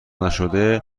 نشده